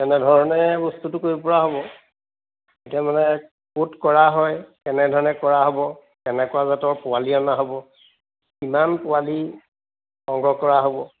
তেনেধৰণে বস্তুটো কৰিব পৰা হ'ব এতিয়া মানে ক'ত কৰা হয় কেনেধৰণে কৰা হ'ব কেনেকুৱা জাতৰ পোৱালি অনা হ'ব কিমান পোৱালি সংগ্ৰহ কৰা হ'ব